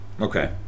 Okay